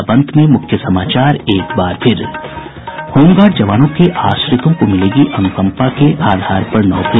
और अब अंत में मुख्य समाचार होमगार्ड जवानों के आश्रितों को मिलेगी अनुकंपा के आधार पर नौकरी